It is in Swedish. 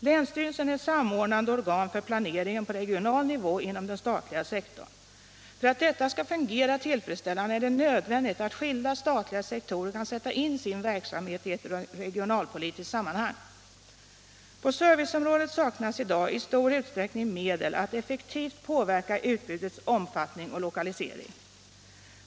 Länsstyrelsen är samordnande organ för planeringen på regional nivå inom den statliga sektorn. För att detta skall fungera tillfredsställande är det nödvändigt att skilda statliga sektorer kan sätta in sin verksamhet i ett regionalpolitiskt sammanhang. På serviceområdet saknas i dag i stor utsträckning medel att effektivt påverka utbudets omfattning och lokalisering.